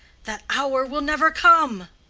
that hour will never come!